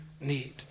need